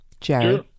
Jerry